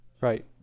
right